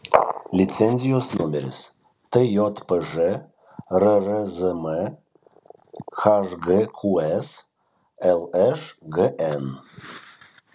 licenzijos numeris tjpž rrzm hgqs lšgn